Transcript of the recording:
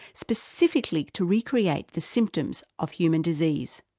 specifically to recreate the symptoms of human disease.